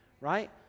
right